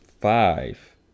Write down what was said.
five